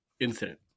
incident